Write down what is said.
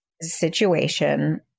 situation